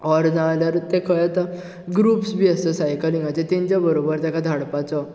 or डदी़ नाल्यारूय ते खंय आता ग्रुप्स बी आसा सायकलींगाचे तेंच्या बरोबर तेका धाडपाचो